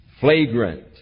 flagrant